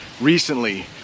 recently